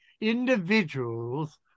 Individuals